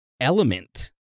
element